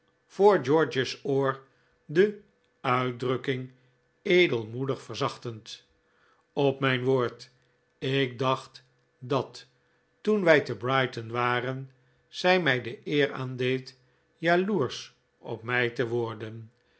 voor george's oor de uitdrukking edelmoedig verzachtend op mijn woord ik dacht dat toen wij te brighton waren zij mij de eer aandeed jaloersch op mij te worden